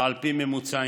ועל פי ממוצעים.